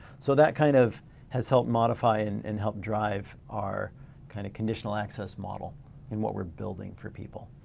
so that kind of has helped modify and and helped drive our kind of conditional access model in what we're building for people.